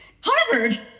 Harvard